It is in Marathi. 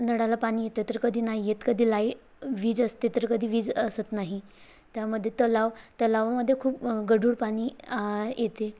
नळाला पाणी येतं तर कधी नाही येत कधी लाई वीज असते तर कधी वीज असत नाही त्यामध्ये तलाव तलावामध्ये खूप गढूळ पाणी येते